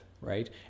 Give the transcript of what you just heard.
right